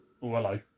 hello